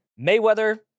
Mayweather